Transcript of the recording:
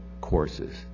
courses